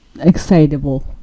excitable